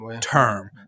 term